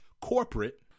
corporate